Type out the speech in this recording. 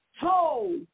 told